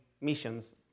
missions